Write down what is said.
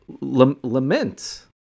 Lament